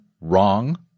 wrong